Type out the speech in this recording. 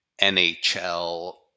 NHL